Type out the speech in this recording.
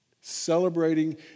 Celebrating